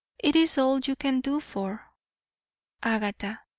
it is all you can do for agatha.